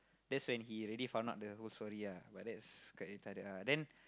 that's when he already found out the whole story ah but that's quite retarded ah then